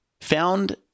found